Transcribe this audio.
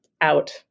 out